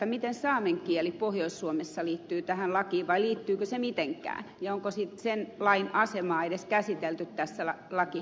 miten saamen kieli pohjois suomessa liittyy tähän lakiin vai liittyykö se mitenkään ja onko saamen kielen asemaa edes käsitelty tässä lakimuutosvalmistelussa